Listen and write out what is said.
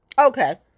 Okay